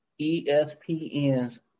ESPN's